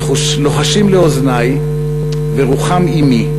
לוחשים לאוזני ורוחם עמי,